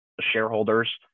shareholders